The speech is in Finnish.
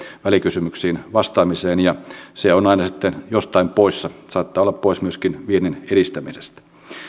välikysymyksiin vastaamiseen ja se on aina sitten jostain poissa saattaa olla pois myöskin viennin edistämisestä